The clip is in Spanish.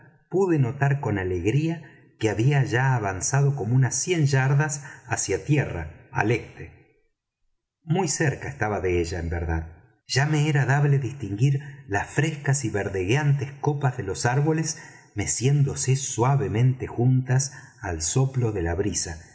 pude notar con alegría que había ya avanzado como unas cien yardas hacia tierra al este muy cerca estaba de ella en verdad ya me era dable distinguir las frescas y verdegueantes copas de los árboles meciéndose suavemente juntas al soplo de la brisa